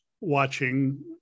watching